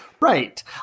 Right